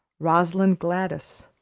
rosalind gladys,